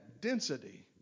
density